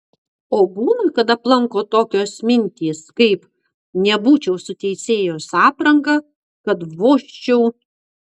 o būna kad aplanko tokios mintys kaip nebūčiau su teisėjos apranga kad vožčiau